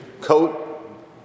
coat